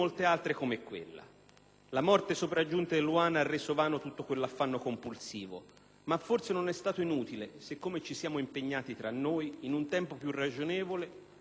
La morte sopraggiunta di Eluana ha reso vano tutto quell'affanno compulsivo, ma forse non è stata inutile se - come ci siamo impegnati tra noi - in un tempo più ragionevole (poche settimane appena),